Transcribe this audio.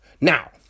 Now